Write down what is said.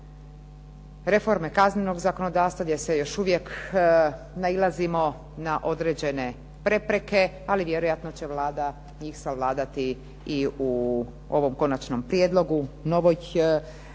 reforme Kaznenog zakonodavstva gdje još uvijek nailazimo na određene prepreke, ali vjerojatno će Vlada njih savladati u Konačnom prijedlogu, noveli